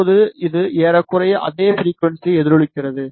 இப்போது இது ஏறக்குறைய அதே ஃபிரிக்குவன்ஸி எதிரொலிக்கிறது